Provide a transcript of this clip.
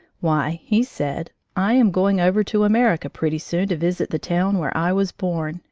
why, he said i am going over to america pretty soon to visit the town where i was born,